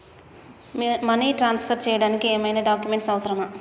Money transfer చేయడానికి ఏమైనా documents అవసరమా?